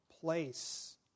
place